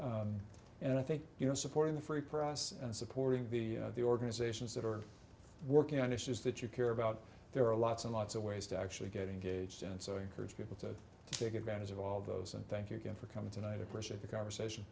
boundaries and i think you know supporting the free press and supporting the the organizations that are working on issues that you care about there are lots and lots of ways to actually get engaged and so i encourage people to take advantage of all those and thank you again for coming tonight appreciate the conversation